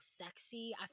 sexy